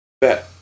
bet